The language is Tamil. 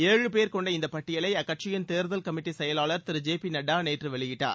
ஏழு பேர் கொண்ட இந்த பட்டியலை அக்கட்சியின் தேர்தல் கமிட்டி செயலாளர் திரு ஜே பி நட்டா நேற்று வெளியிட்டார்